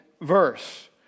verse